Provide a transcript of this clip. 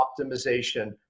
optimization